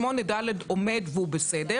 סעיף 8ד עומד והוא בסדר,